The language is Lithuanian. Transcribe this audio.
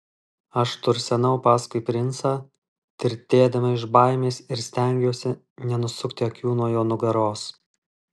aš tursenau paskui princą tirtėdama iš baimės ir stengiausi nenusukti akių nuo jo nugaros